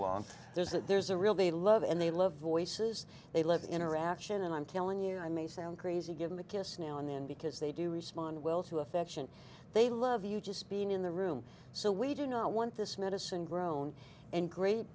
along there's that there's a real they love and they love voices they live interaction and i'm telling you i may sound crazy give them a kiss now and then because they do respond well to affection they love you just being in the room so we do not want this medicine grown and great